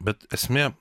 bet esmė